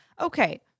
Okay